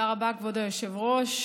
תודה רבה, כבוד היושב-ראש.